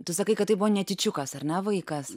tu sakai kad tai buvo netyčiukas ar ne vaikas